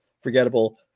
forgettable